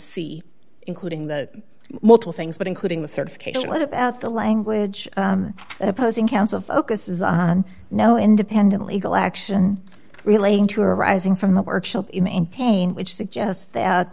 c including the multiple things but including the certification what about the language that opposing counsel focuses on no independent legal action relating to arising from the workshop you maintain which suggests that